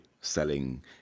selling